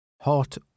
hot